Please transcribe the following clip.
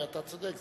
ואתה צודק,